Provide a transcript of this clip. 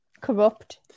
Corrupt